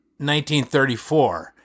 1934